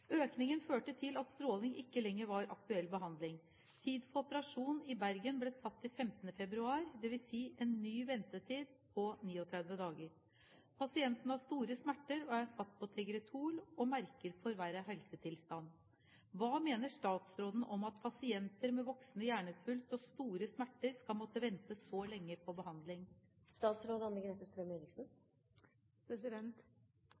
Økningen førte til at stråling ikke lenger var aktuell behandling. Tid for operasjon i Bergen ble satt til 15. februar, dvs. en ny ventetid på 39 dager. Pasienten har store smerter og er satt på Tegretol og merker forverret helsetilstand. Hva mener statsråden om at pasienter med voksende hjernesvulst og store smerter skal måtte vente så lenge på behandling?»